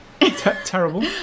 Terrible